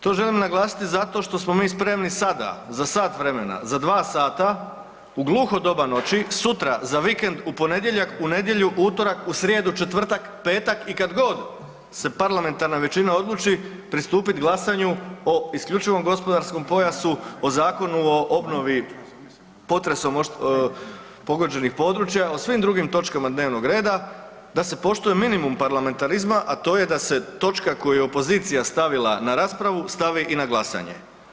To želim naglasiti zato što smo mi spremni sada za sat vremena, za dva sata u gluho doba noći sutra, za vikend u ponedjeljak, u nedjelju, u utorak, u srijedu, četvrtak, petak i kad god se parlamentarna većina odluči pristupit glasanju o isključivom gospodarskom pojasu, o Zakonu o obnovi potresom pogođenih područja, o svim drugim točkama dnevnog reda da se poštuje minimum parlamentarizma, a to je da se točka koju je opozicija stavila na raspravu stavi i na glasanje.